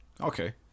Okay